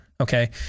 Okay